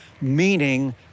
meaning